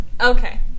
Okay